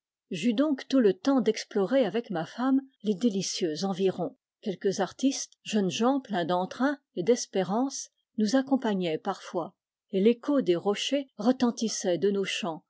j'eus donc tout le temps d'explorer avec ma femme les délicieux environs quelques artistes jeunes gens pleins d'entrain et d'espérances nous accompagnaient parfois et l'écho des rochers retentissait de nos chants